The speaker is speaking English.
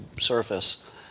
surface